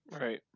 Right